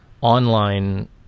online